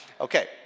Okay